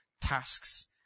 tasks